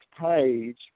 page